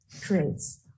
creates